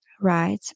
right